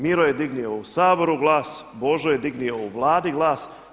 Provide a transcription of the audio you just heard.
Miro je dignuo u Saboru glas, Božo je dignuo u Vladi glas.